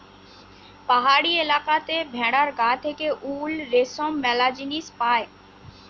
পাহাড়ি এলাকাতে ভেড়ার গা থেকে উল, রেশম ম্যালা জিনিস পায়